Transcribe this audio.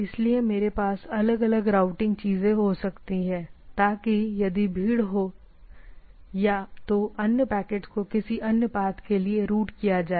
इसलिए मेरे पास अलग अलग रूटिंग चीजें हो सकती हैं ताकि यदि कोई भीड़ हो तो अन्य पैकेट्स को कुछ अन्य चीजों वगैरह के लिए रूट किया जाए